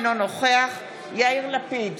אינו נוכח יאיר לפיד,